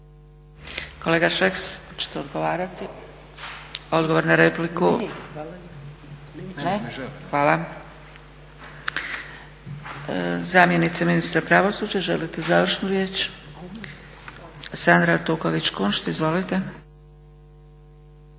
Kolega Šeks, hoćete odgovarati? Ne. Hvala. Zamjenice ministra pravosuđa želite završnu riječ? Sandra Artuković-Kunšt. Izvolite.